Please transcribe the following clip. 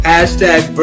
Hashtag